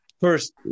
first